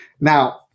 Now